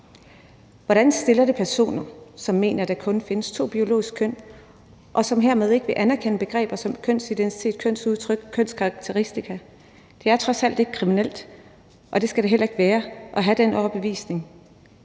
Hvordan stiller det personer, som mener, at der kun findes to biologiske køn, og som hermed ikke vil anerkende begreber som kønsidentitet, kønsudtryk og kønskarakteristika? Det er trods alt ikke kriminelt, og det skal det heller ikke være, at have den overbevisning.